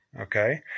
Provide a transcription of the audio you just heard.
okay